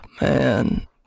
man